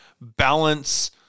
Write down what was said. Balance